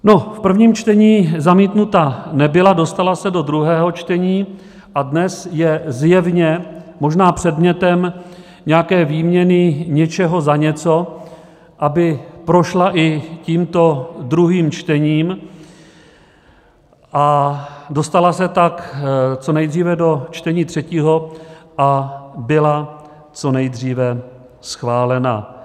No, v prvním čtení zamítnuta nebyla, dostala se do druhého čtení a dnes je zjevně možná předmětem nějaké výměny něčeho za něco, aby prošla i tímto druhým čtením a dostala se tak co nejdříve do čtení třetího a byla co nejdříve schválena.